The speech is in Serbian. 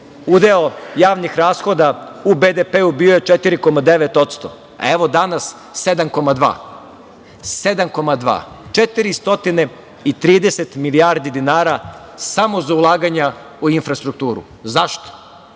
udeo javnih rashoda u BDP, bio je 4,9 posto. Evo danas 7,2 posto. Dakle, 430 milijardi dinara samo za ulaganja u infrastrukturu. Zašto?